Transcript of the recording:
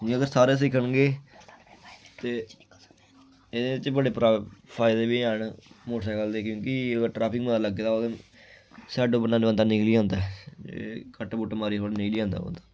जियां अगर सारे सिक्खन गे ते एह्दे च बड़े परा फायदे बी हैन मोटरसैकल दे क्योंकि अगर ट्रैफिक मता लग्गे दा ओह् ते साइड उप्पर न बंदा निकली जंदा ऐ कट कूट मारियै थोह्ड़ा निकली जंदा बंदा